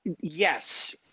yes